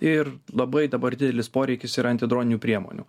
ir labai dabar didelis poreikis ir antidroninių priemonių